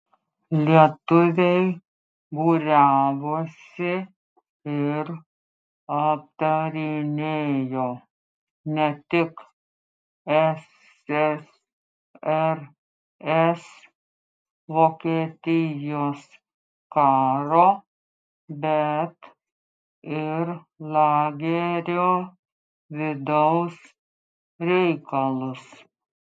lietuviai būriavosi ir aptarinėjo ne tik ssrs vokietijos karo bet ir lagerio vidaus reikalus